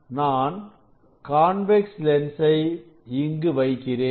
நான் கான்வெக்ஸ் லென்ஸை இங்கு வைக்கிறேன்